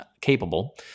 capable